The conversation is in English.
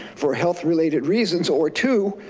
for health-related reasons or two,